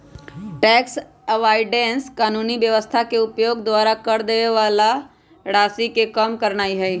tax avoidance कानूनी व्यवस्था के उपयोग द्वारा कर देबे बला के राशि के कम करनाइ हइ